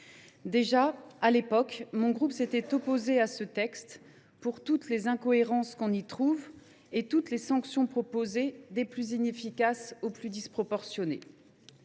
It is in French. Déjà, à l’époque, le groupe CRCE K s’était opposé à ce texte, pour toutes les incohérences qu’on y trouve et l’ensemble des sanctions proposées, des plus inefficaces aux plus disproportionnées.